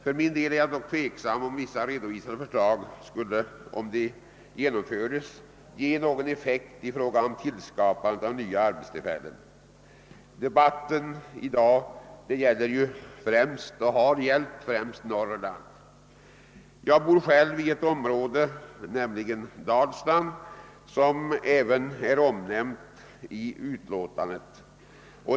För min del är jag dock tveksam om huruvida ett genomförande av en del redovisade förslag skulle skapa några nya arbetstillfällen. Debatten i dag har främst gällt Norrland. Jag bor själv i ett område — Dalsland — som är nämnt i utlåtandet.